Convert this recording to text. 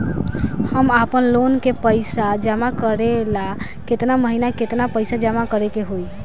हम आपनलोन के पइसा जमा करेला केतना महीना केतना पइसा जमा करे के होई?